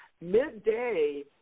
Midday